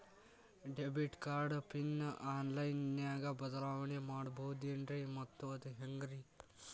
Debit card PIN online ದಾಗ ಬದಲಾವಣೆ ಮಾಡಬಹುದೇನ್ರಿ ಮತ್ತು ಅದು ಹೆಂಗ್ರಿ?